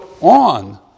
on